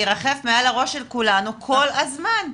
ירחף מעל הראש של כולנו כל הזמן,